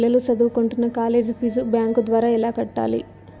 మా పిల్లలు సదువుకుంటున్న కాలేజీ ఫీజు బ్యాంకు ద్వారా ఎలా కట్టాలి?